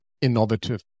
innovative